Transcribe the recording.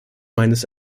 meines